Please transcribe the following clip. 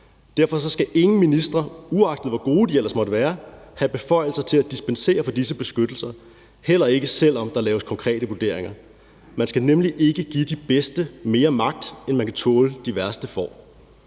Derfor skal ingen ministre, uagtet hvor gode de ellers måtte være, have beføjelser til at dispensere fra disse beskyttelser, heller ikke selv om der laves konkrete vurderinger. Man skal nemlig ikke give de bedste mere magt, end man kan tåle, at de værste får.